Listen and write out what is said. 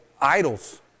idols